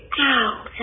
ow